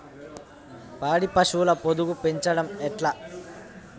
పాడి పశువుల పొదుగు పెంచడం ఎట్లా?